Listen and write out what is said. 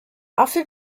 after